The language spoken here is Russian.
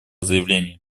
заявление